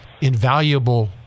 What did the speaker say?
invaluable